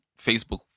Facebook